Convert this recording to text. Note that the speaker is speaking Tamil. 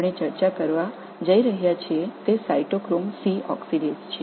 நாம் விவாதிக்கப் போகும் நொதி சைட்டோக்ரோம் C ஆக்ஸிடேஸ் ஆகும்